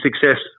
success